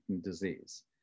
disease